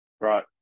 right